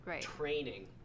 training –